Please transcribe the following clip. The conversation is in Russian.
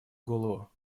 голову